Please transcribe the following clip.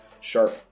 sharp